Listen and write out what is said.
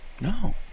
no